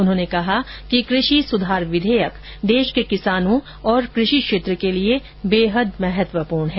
उन्होंने कहा कि कृषि सुधार विधेयक देश के किसानों और कृषि क्षेत्र के लिये बेहद महत्वपूर्ण हैं